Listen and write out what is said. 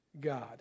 God